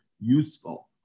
useful